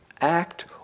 act